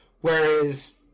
Whereas